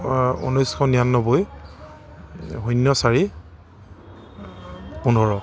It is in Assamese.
ঊনৈছশ নিৰানব্বৈ শূন্য চাৰি পোন্ধৰ